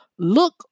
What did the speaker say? Look